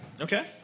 Okay